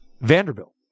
Vanderbilt